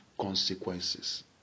consequences